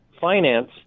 finance